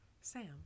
Sam